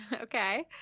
Okay